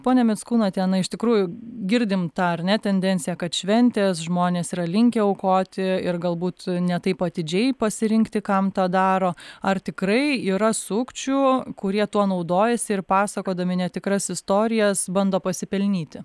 pone mickūnate na iš tikrųjų girdim tą ar ne tendenciją kad šventės žmonės yra linkę aukoti ir galbūt ne taip atidžiai pasirinkti kam tą daro ar tikrai yra sukčių kurie tuo naudojasi ir pasakodami netikras istorijas bando pasipelnyti